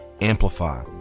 amplify